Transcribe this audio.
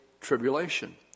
tribulation